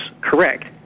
correct